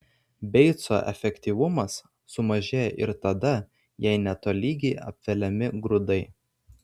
beico efektyvumas sumažėja ir tada jei netolygiai apveliami grūdai